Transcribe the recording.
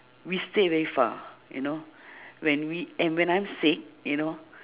we stay very far you know when we and when I'm sick you know